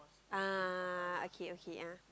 ah okay okay ah